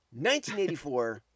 1984